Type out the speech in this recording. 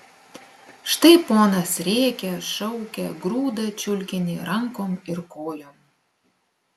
štai ponas rėkia šaukia grūda čiulkinį rankom ir kojom